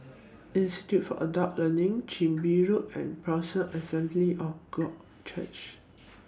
Institute For Adult Learning Chin Bee Road and Berean Assembly of God Church